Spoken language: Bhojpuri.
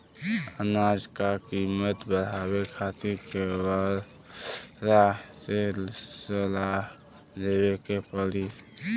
अनाज क कीमत बढ़ावे खातिर केकरा से सलाह लेवे के पड़ी?